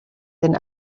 than